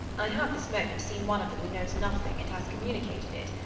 i have, this moment, seen one of them who knows nothing, and has communicated it.